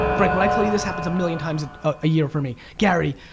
frank when i tell you this happens a million times a year for me. gary,